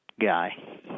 guy